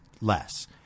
less